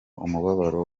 umubabaro